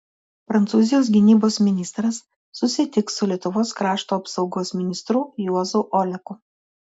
prancūzijos gynybos ministras susitiks su lietuvos krašto apsaugos ministru juozu oleku